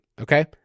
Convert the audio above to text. Okay